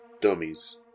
Dummies